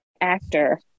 actor